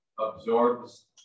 absorbs